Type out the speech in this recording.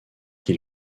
qui